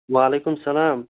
وعلیکُم سَلام